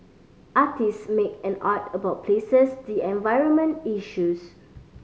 artist make an art about places the environment issues